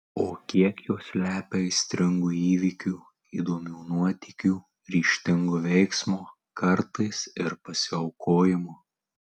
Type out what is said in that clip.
o kiek jos slepia aistringų įvykių įdomių nuotykių ryžtingo veiksmo kartais ir pasiaukojimo